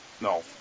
No